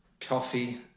coffee